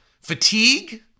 Fatigue